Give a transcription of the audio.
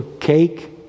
cake